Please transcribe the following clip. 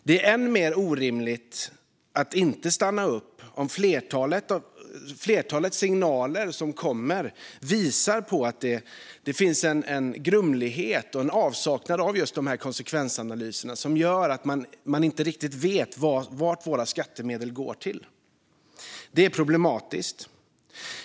Det är än mer orimligt att inte stanna upp om det kommer signaler som visar på en grumlighet och avsaknad av konsekvensanalyser, vilket gör att vi inte riktigt vet vart våra skattemedel går. Det är problematiskt.